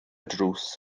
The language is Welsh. drws